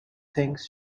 thinks